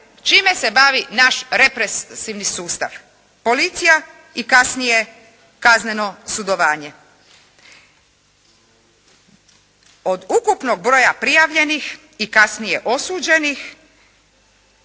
Čime se bavi naš represivni sustav? Policija i kasnije kazneno sudovanje. Od ukupnog broja prijavljenih i kasnije osuđenih